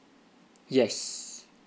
yes